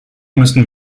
müssen